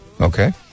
Okay